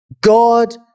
God